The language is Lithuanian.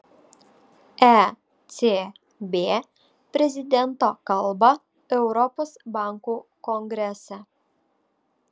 ecb prezidento kalbą europos bankų kongrese